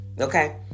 Okay